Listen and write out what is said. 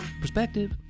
perspective